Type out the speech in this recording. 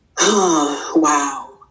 wow